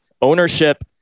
ownership